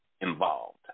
involved